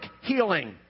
healing